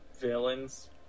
villains